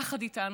יחד איתנו,